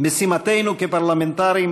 משימתנו כפרלמנטרים,